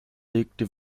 legte